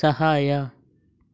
ಸಹಾಯ